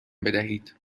بدهید